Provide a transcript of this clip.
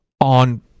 on